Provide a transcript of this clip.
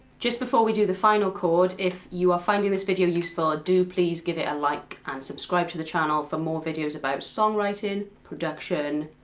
just before we do the final chord, if you are finding this video useful, ah do please give it a like and subscribe to the channel for more videos about songwriting, production,